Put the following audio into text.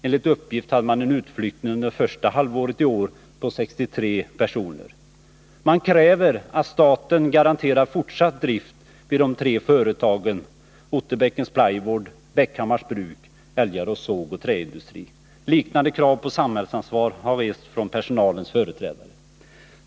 Enligt uppgift hade man en utflyttning under första halvåret i år på 63 personer. Man kräver att staten garanterar fortsatt drift vid de tre företagen Otterbäckens plywood, Bäckhammars bruk och Älgarås sågoch träindustri. Liknande krav på samhällsansvar har rests från personalens företrädare.